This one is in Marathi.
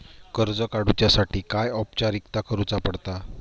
कर्ज काडुच्यासाठी काय औपचारिकता करुचा पडता?